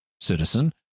citizen